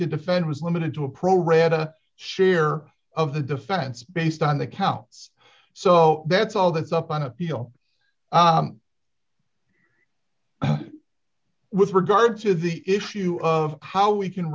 to defend was limited to a pro rata share of the defense based on the counts so that's all that's up on appeal with regard to the issue of how we can